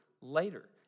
later